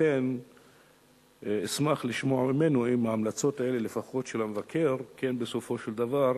אכן אשמח לשמוע ממנו אם ההמלצות האלה של המבקר בסופו של דבר